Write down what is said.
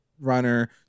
runner